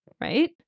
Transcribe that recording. Right